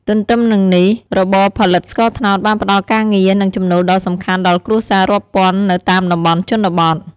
ទទ្ទឹមនឹងនេះ របរផលិតស្ករត្នោតបានផ្ដល់ការងារ និងចំណូលដ៏សំខាន់ដល់គ្រួសាររាប់ពាន់នៅតាមតំបន់ជនបទ។